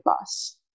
bus